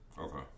Okay